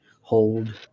hold